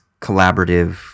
collaborative